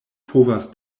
povas